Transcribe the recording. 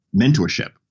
mentorship